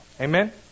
Amen